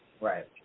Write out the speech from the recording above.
Right